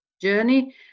journey